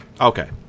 okay